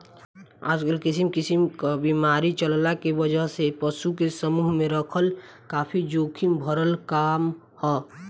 आजकल किसिम किसिम क बीमारी चलला के वजह से पशु के समूह में रखल काफी जोखिम भरल काम ह